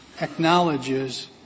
acknowledges —